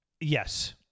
yes